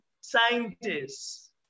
scientists